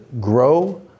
grow